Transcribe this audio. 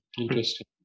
Interesting